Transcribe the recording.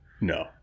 No